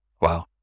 Wow